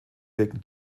wegen